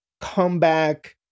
comeback